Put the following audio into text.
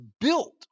built